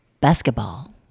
basketball